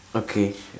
okay